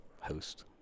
host